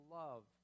love